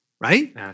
right